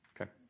Okay